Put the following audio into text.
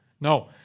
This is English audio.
no